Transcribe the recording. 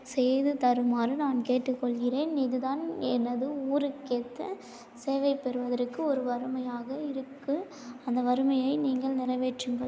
செய்து தருமாறு நான் கேட்டுக்கொள்கிறேன் இது தான் எனது ஊருக்கேற்ற சேவை பெறுவதற்கு ஒரு வறுமையாக இருக்குது அந்த வறுமையை நீங்கள் நிறைவேற்றுங்கள்